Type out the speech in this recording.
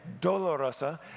Dolorosa